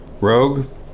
Rogue